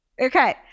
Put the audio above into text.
Okay